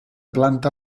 planta